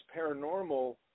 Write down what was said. paranormal